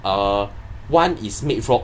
uh one is made from